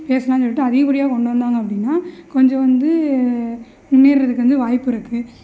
பேசலாம் சொல்லிட்டு அதிகப்படியாக கொண்டு வந்தாங்க அப்படின்னா கொஞ்சம் வந்து முன்னேறதுக்கு வந்து வாய்ப்பிருக்கு